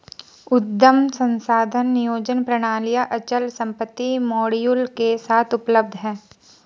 उद्यम संसाधन नियोजन प्रणालियाँ अचल संपत्ति मॉड्यूल के साथ उपलब्ध हैं